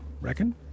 reckon